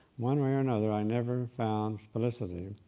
one way or another i never found felicity,